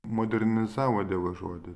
modernizavo dievo žodį